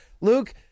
Luke